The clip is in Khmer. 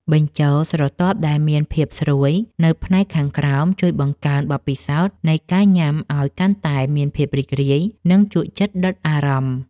បញ្ចូលស្រទាប់ដែលមានភាពស្រួយនៅផ្នែកខាងក្រោមជួយបង្កើនបទពិសោធន៍នៃការញ៉ាំឱ្យកាន់តែមានភាពរីករាយ និងជក់ចិត្តដិតអារម្មណ៍។